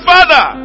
Father